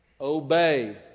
Obey